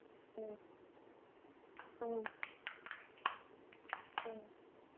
ꯑꯣ ꯑꯥ ꯑꯥ